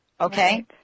okay